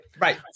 Right